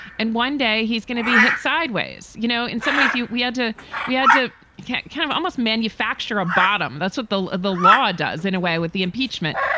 and one day he's gonna be hit sideways. you know, in some ways we had to we had to kind of almost manufacture a bottom. that's what the law of the law does in a way with the impeachment.